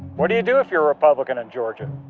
what do you do if you're a republican in georgia?